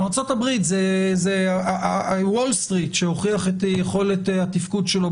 ארצות-הברית זה הוול-סטריט שהוכיח את יכולת התפקוד שלו.